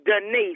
Denise